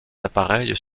appareils